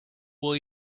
will